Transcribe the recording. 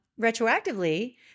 retroactively